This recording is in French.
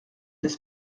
n’est